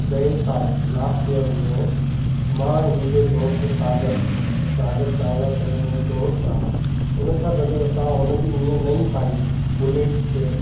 गए साल last year में मां ऐं मुंहिंजो दोस्तु सागर सागर चावला करे मुंहिंजो दोस्तु आहे उनसां गॾु असां उनजी न्य नई बाइक बुलेट ते